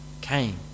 came